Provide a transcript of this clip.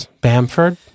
Bamford